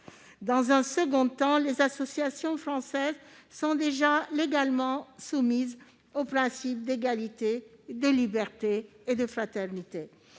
En second lieu, les associations françaises sont déjà légalement soumises aux principes d'égalité, de liberté et de fraternité.